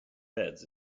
beds